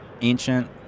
ancient